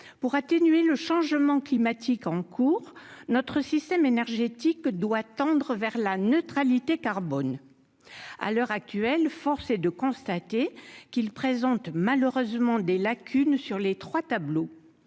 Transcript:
pour atténuer le changement climatique en cours, notre système énergétique doit tendre vers la neutralité carbone à l'heure actuelle, force est de constater qu'il présente malheureusement des lacunes sur les 3 tableaux